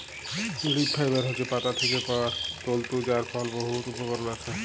leaf fibre হছে পাতা থ্যাকে পাউয়া তলতু ফল যার বহুত উপকরল আসে